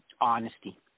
honesty